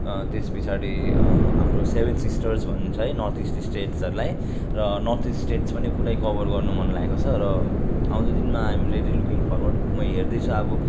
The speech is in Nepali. त्यस पछाडि हाम्रो सेभेन सिस्टर्स भन्ने छ है नर्थ इस्ट स्टेट्सहरूलाई र नर्थ इस्ट स्टेट्स पनि पूरै कभर गर्नु मन लागेको छ र आउँदो दिनमा I am really looking forward म हेर्दैछु अब